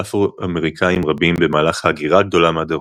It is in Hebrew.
אפרו-אמריקאים רבים במהלך ההגירה הגדולה מהדרום.